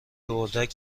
اردک